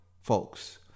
folks